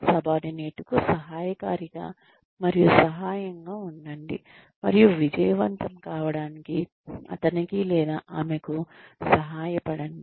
సబార్డినేట్కు సహాయకారిగా మరియు సహాయంగా ఉండండి మరియు విజయవంతం కావడానికి అతనికి లేదా ఆమెకు సహాయపడండి